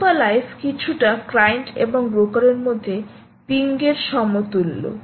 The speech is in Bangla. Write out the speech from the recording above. কীপ এলাইভ কিছুটা ক্লায়েন্ট এবং ব্রোকারের মধ্যে পিংয়ের সমতুল্য